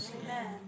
Amen